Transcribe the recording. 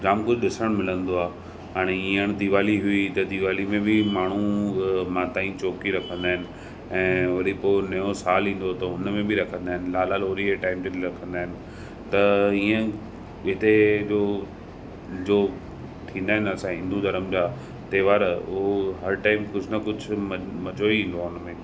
जाम कुझु ॾिसण मिलंदो आहे हाणे ईअं आहे न दीवाली हुई त दीवाली में बि माण्हू माता जी चौकी रखंदा आहिनि ऐं वरी पोइ नयो सालु ईंदो थो हुनमें बि रखंदा आहिनि लाला लोरी जे टाइम बि रखंदा आहिनि त हीअं हिते अहिड़ो जो थींदा आहिनि असां हिंदू धर्म जा त्योहार उहो हर टाइम कुझु न कुझु मज़ो ई ईंदो आहे हुनमें